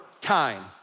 time